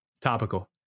Topical